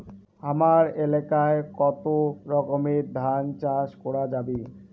হামার এলাকায় কতো রকমের ধান চাষ করা যাবে?